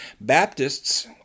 Baptists